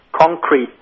concrete